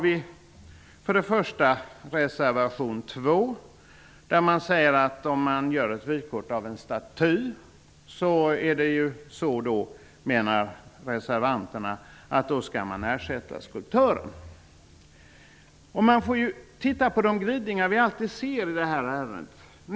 I reservation 2 menar reservanterna att om man gör ett vykort av en staty skall skulptören få ersättning. I dessa sammanhang blir det alltid fråga om glidningar.